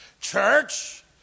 Church